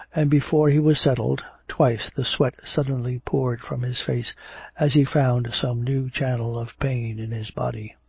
and, before he was settled, twice the sweat suddenly poured from his face as he found some new channel of pain in his body.